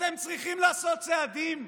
אתם צריכים לעשות צעדים,